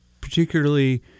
particularly